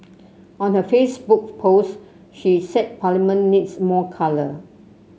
on her Facebook post she said Parliament needs more colour